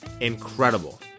incredible